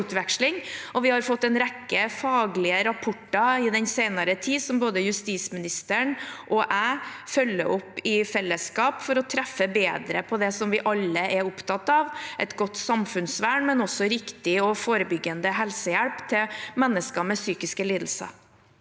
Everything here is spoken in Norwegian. Vi har også fått en rekke faglige rapporter i den senere tid som både justisministeren og jeg følger opp i fellesskap for å treffe bedre på det som vi alle er opptatt av: et godt samfunnsvern, men også riktig og forebyggende helsehjelp til mennesker med psykiske lidelser.